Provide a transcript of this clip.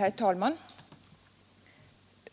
Herr talman!